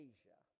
Asia